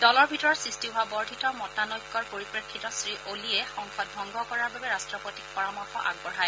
দলৰ ভিতৰত সৃষ্টি হোৱা বৰ্ধিত মতানৈক্যৰ পৰিপ্ৰেক্ষিতত শ্ৰীঅলিয়ে সংসদ ভংগ কৰাৰ বাবে ৰাট্টপতিক পৰামৰ্শ আগবঢ়ায়